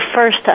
first